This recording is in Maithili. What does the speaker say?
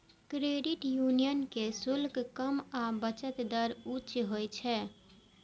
क्रेडिट यूनियन के शुल्क कम आ बचत दर उच्च होइ छै